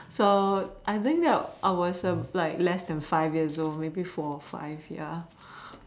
so I think that I was like less than five years old maybe four or five